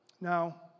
Now